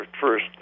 First